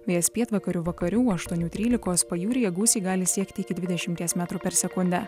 vėjas pietvakarių vakarių aštuonių trylikos pajūryje gūsiai gali siekti iki dvidešimties metrų per sekundę